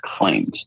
claims